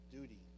duty